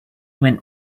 went